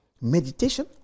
Meditation